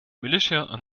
militia